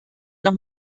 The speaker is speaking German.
noch